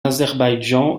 azerbaïdjan